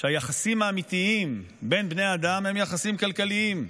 שהיחסים האמיתיים בין בני אדם הם יחסים כלכליים.